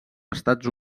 estats